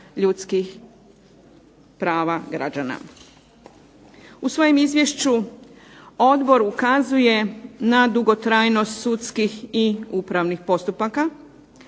ljudskih prava građana. U svojem Izvješću odbor ukazuje na dugotrajnost sudskih i upravnih postupaka,